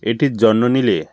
এটির যত্ন নিলে